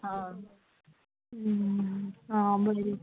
आं आं बरें